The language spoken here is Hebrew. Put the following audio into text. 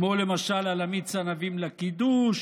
כמו למשל על מיץ הענבים לקידוש,